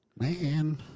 Man